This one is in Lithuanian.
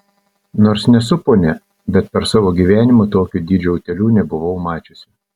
nors nesu ponia bet per savo gyvenimą tokio dydžio utėlių nebuvau mačiusi